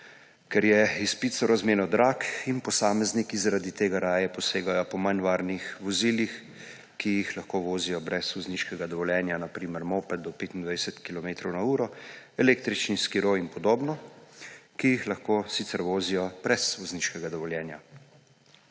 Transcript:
ker je izpit sorazmerno drag in posamezniki zaradi tega raje posegajo po manj varnih vozilih, ki jih lahko vozijo brez vozniškega dovoljenja, na primer moped do 25 kilometrov na uro, električni skiro in podobno, ki jih lahko sicer vozijo brez vozniškega dovoljenja.